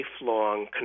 lifelong